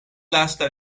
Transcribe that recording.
lasta